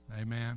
Amen